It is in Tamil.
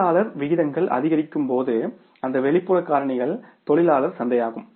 தொழிலாளர் விகிதங்கள் அதிகரிக்கும் போது அந்த வெளிப்புற காரணிகள் தொழிலாளர் சந்தையாகும்